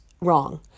wrong